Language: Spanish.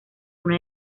una